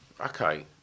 Okay